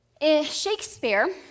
Shakespeare